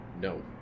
No